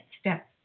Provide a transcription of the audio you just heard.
step